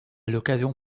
l’occasion